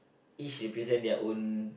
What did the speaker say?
each represent their own